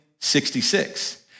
66